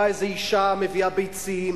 באה איזו אשה ומביאה ביצים,